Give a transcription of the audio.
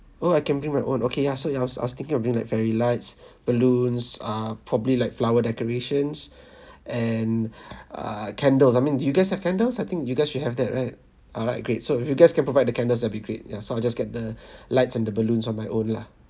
oh I can bring own okay ya so I was I was thinking of bringing like fairy lights balloons ah probably like flower decorations and ah candles I mean do you guys have candles I think you guys should have that right alright great so if you guys can provide the candles that'll be great ya so I'll just get the lights and the balloons on my own lah